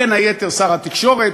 בין היתר שר התקשורת,